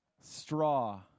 straw